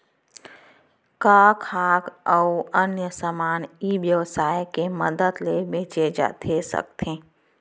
का खाद्य अऊ अन्य समान ई व्यवसाय के मदद ले बेचे जाथे सकथे?